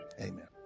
amen